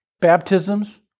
Baptisms